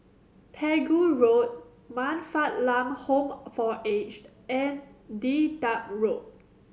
Pegu Road Man Fatt Lam Home for Aged and Dedap Road